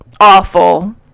awful